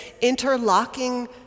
interlocking